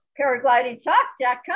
paraglidingtalk.com